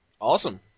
Awesome